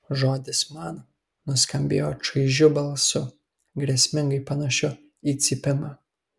žodis man nuskambėjo čaižiu balsu grėsmingai panašiu į cypimą